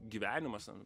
gyvenimas ten